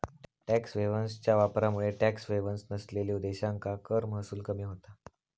tax हेव्हन्सच्या वापरामुळे tax havens नसलेल्यो देशांका कर महसूल कमी होता